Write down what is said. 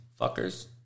Fuckers